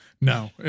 no